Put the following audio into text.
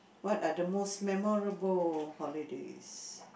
what are the most memorable holidays